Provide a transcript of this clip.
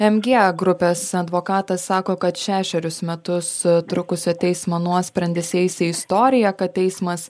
mg grupės advokatas sako kad šešerius metus trukusio teismo nuosprendis įeis į istoriją kad teismas